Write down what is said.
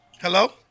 Hello